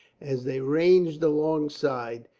as they ranged alongside,